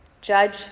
judge